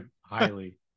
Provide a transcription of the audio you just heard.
highly